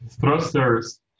thrusters